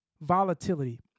volatility